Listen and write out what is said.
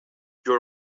your